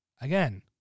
again